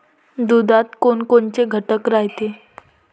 दुधात कोनकोनचे घटक रायते?